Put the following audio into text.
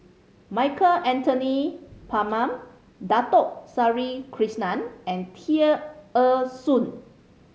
Michael Anthony Palmer Dato Sri Krishna and Tear Ee Soon